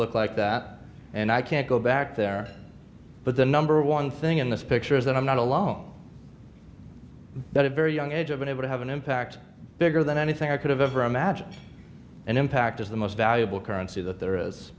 look like that and i can't go back there but the number one thing in this picture is that i'm not alone that a very young age of been able to have an impact bigger than anything i could have ever imagined and impact is the most valuable currency that there is